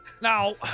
Now